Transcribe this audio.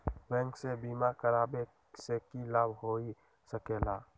Bank से बिमा करावे से की लाभ होई सकेला?